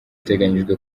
iteganyijwe